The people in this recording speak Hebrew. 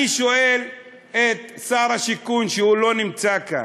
אני שואל את שר השיכון, שלא נמצא כאן,